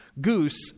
Goose